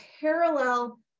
parallel